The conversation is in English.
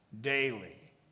daily